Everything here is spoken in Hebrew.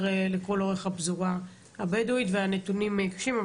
לכל אורך הפזורה הבדואית והנתונים קשים,